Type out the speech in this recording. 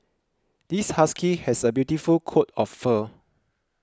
this husky has a beautiful coat of fur